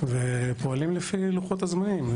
ופועלים לפי לוחות הזמנים.